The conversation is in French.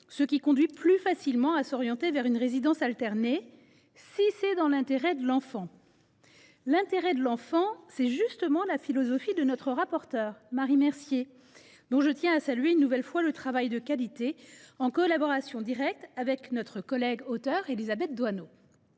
de s’orienter plus facilement vers une résidence alternée, si c’est dans l’intérêt de l’enfant. L’intérêt de l’enfant, c’est justement la philosophie de notre rapporteur, Marie Mercier, dont je tiens à saluer une nouvelle fois le travail de qualité effectué en collaboration avec notre collègue Élisabeth Doineau,